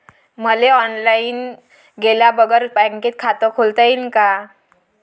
मले ऑनलाईन गेल्या बगर बँकेत खात खोलता येईन का?